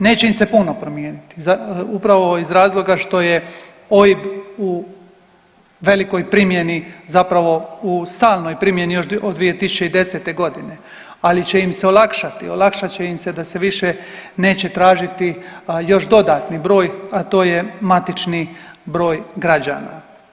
Neće im se puno promijeniti upravo iz razloga što je OIB u velikoj primjeni, zapravo u stalnoj primjeni još od 2010. godine, ali će im se olakšati, olakšat će im se da se više neće tražiti još dodatni broj, a to je matični broj građana.